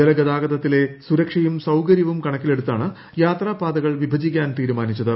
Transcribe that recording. ജല ഗതാഗതത്തിലെ സുരക്ഷയും സൌകര്യവും കണക്കിലെടുത്താണ് യാത്രാപാതകൾ വിഭജിക്കാൻ തീരുമാനിച്ചത്